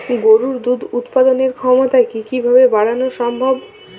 গরুর দুধ উৎপাদনের ক্ষমতা কি কি ভাবে বাড়ানো সম্ভব?